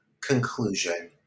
conclusion